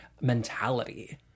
mentality